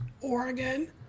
Oregon